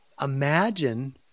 imagine